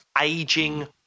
aging